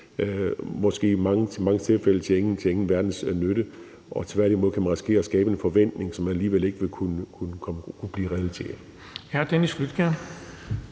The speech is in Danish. måske i mange tilfælde til ingen verdens nytte. Tværtimod kan man risikere at skabe en forventning, som alligevel ikke vil kunne blive realiteter.